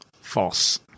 False